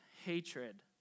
hatred